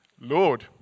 Lord